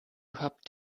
habt